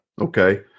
Okay